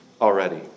already